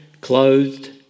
Clothed